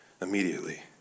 immediately